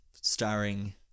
starring